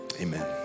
Amen